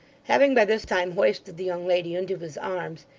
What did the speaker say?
having by this time hoisted the young lady into his arms,